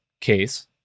case